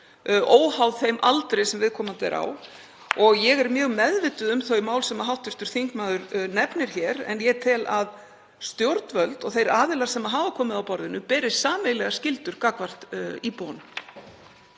óháð þeim aldri sem viðkomandi er á. Ég er mjög meðvituð um þau mál sem hv. þingmaður nefnir en ég tel að stjórnvöld og þeir aðilar sem hafa komið að borðinu beri sameiginlegar skyldur gagnvart íbúunum.